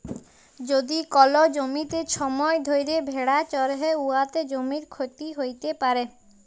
যদি কল জ্যমিতে ছময় ধ্যইরে ভেড়া চরহে উয়াতে জ্যমির ক্ষতি হ্যইতে পারে